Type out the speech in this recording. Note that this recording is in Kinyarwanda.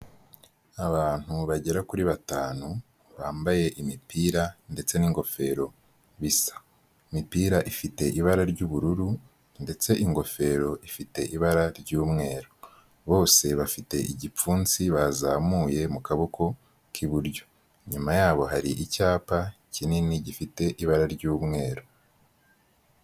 Abantu bagera kuri batanu bambaye imipira ndetse n'ingofero bisa, imipira ifite ibara ry'ubururu ndetse ingofero ifite ibara ry'umweru, bose bafite igipfunsi bazamuye mu kaboko k'iburyo inyuma yabo hari icyapa kinini gifite ibara ry'umweru.